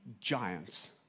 giants